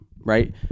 right